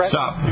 Stop